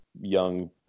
young